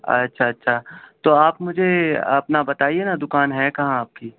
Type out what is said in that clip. اچھا اچھا تو آپ مجھے اپنا بتائیے نا دکان ہے کہاں آپ کی